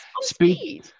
Speed